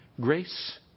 Grace